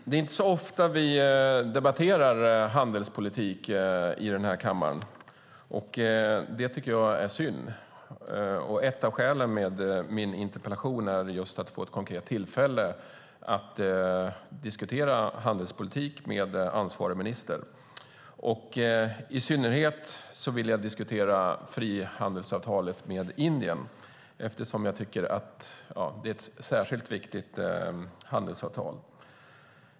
Det är inte så ofta vi debatterar handelspolitik i denna kammare, och det tycker jag är synd. Ett av skälen till min interpellation är just att få ett konkret tillfälle att diskutera handelspolitik med ansvarig minister. I synnerhet vill jag diskutera frihandelsavtalet med Indien eftersom jag tycker att det är ett särskilt viktigt handelsavtal.